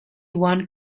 one